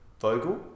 Vogel